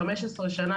15 שנה,